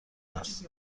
است